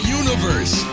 universe